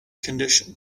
condition